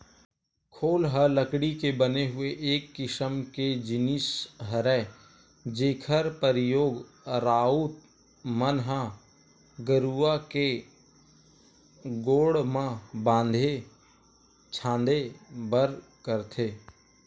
खोल ह लकड़ी के बने हुए एक किसम के जिनिस हरय जेखर परियोग राउत मन ह गरूवा के गोड़ म बांधे छांदे बर करथे